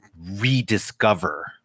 rediscover